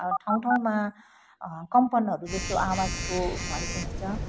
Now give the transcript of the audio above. ठाउँ ठाउँमा कम्पनहरू जस्तो आवाजको भएको हुन्छ